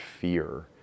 fear